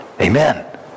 amen